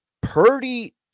Purdy